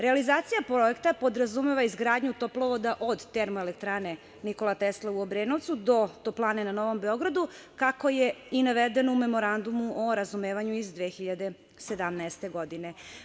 Realizacija projekta podrazumeva izgradnju toplovoda od TENT u Obrenovcu do toplane na Novom Beogradu, kako je i navedeno u Memorandumu o razumevanju iz 2017. godine.